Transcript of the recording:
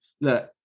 look